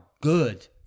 good